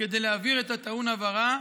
כדי להבהיר את הטעון הבהרה,